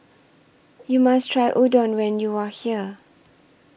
YOU must Try Udon when YOU Are here